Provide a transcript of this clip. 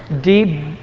Deep